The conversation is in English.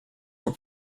were